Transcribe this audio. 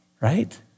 right